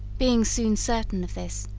being soon certain of this,